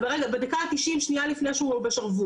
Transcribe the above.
בדקה ה- 90 שנייה לפני שהוא בשרוול,